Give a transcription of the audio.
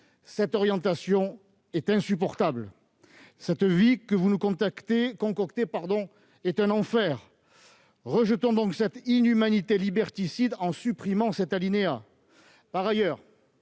Cette orientation est insupportable. Cette vie que vous nous concoctez est un enfer. Rejetons donc cette inhumanité liberticide en supprimant cet alinéa.